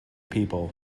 people